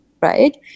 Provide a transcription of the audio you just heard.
right